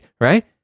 Right